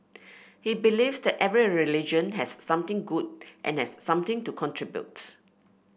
he believes that every religion has something good and has something to contribute